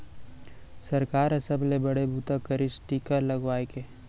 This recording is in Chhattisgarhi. सरकार ह सबले बड़े बूता करिस टीका लगवाए के